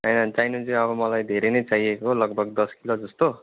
होइन चाहिनु चाहिँ अब मलाई धेरै नै चाहिएको हो लगभग दस किलो जस्तो